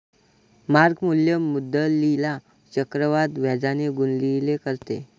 mark मूल्य मुद्दलीला चक्रवाढ व्याजाने गुणिले करते